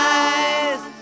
eyes